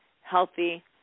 healthy